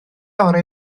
orau